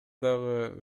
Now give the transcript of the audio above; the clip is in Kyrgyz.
дагы